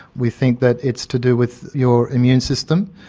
we think that it's to do with your immune system.